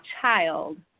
child